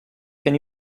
can